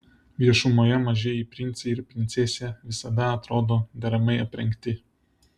viešumoje mažieji princai ir princesė visada atrodo deramai aprengti